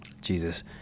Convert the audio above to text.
Jesus